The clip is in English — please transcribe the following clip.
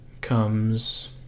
comes